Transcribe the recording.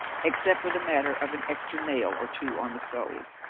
except for the matter of an extra nail or two on the soles.